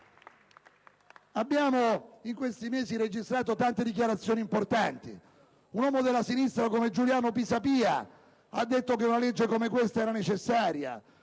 abbiamo registrato tante dichiarazioni importanti. Un uomo della sinistra come Giuliano Pisapia ha detto che una legge come questa era necessaria,